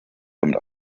damit